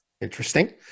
interesting